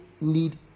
need